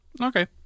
Okay